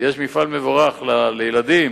יש מפעל מבורך לילדים